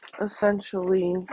essentially